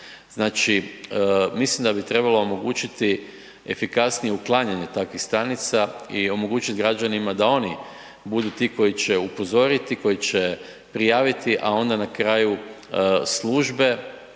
Znači mislim da bi trebalo omogućiti efikasnije uklanjanje takvih stanica i omogućiti građanima da oni budu ti koji će upozoriti, koji će prijaviti, a onda na kraju službe,